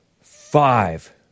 Five